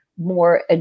more